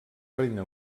regne